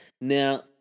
Now